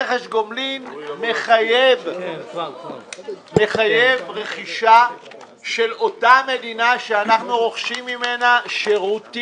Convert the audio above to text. רכש גומלין מחייב רכישה של אותה מדינה שממנה אנחנו רוכשים שירותים,